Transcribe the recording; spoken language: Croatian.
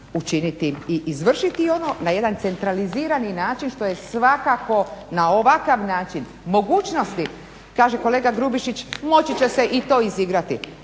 učiniti i izvršiti i ono na jedan centralizirani način što je svakako na ovakav način mogućnosti. Kaže kolega Grubišić, moći će se i to izigrati.